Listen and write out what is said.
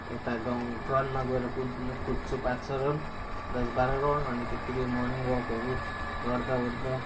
यता गाउँ ग्राउन्डमा गएर कुद्न कुद्छु पाँच छ राउन्ड दस बाह्र राउन्ड अनि त्यतिकै मोर्निङ वकहरू गर्दा ओर्दा